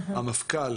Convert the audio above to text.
המפכ"ל